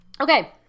Okay